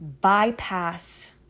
bypass